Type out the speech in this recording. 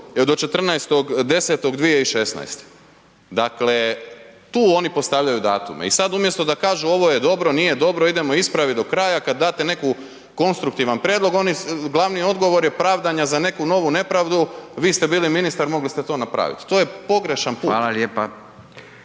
do 14.10.2016., dakle tu oni postavljaju datume i sad umjesto da kažu ovo je dobro, nije dobro, idemo ispravit do kraja, kad date neki konstruktivan prijedlog, glavni odgovor je pravdanja za neku novu nepravdu, vi ste bili ministar mogli ste to napravit, to je pogrešan put. **Radin,